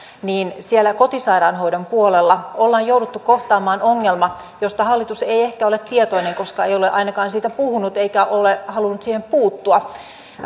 niin siellä kotisairaanhoidon puolella ollaan jouduttu kohtaamaan ongelma josta hallitus ei ehkä ole tietoinen koska ei ole ainakaan siitä puhunut eikä ole halunnut siihen puuttua